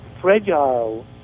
fragile